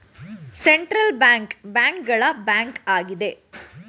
central bank ಬ್ಯಾಂಕ್ ಗಳ bank ಆಗಿದೆ